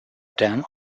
dam